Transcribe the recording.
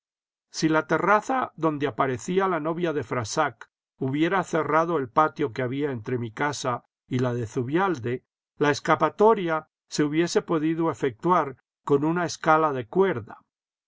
si la terraza donde aparecía la novia de frassac hubiera cerrado el patio que había entre mi casa y la de zubialde la escapatoria se hubiese podido efectuar con una escala de cuerda